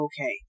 okay